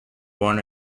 born